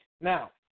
Now